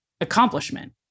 accomplishment